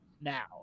now